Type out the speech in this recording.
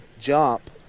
jump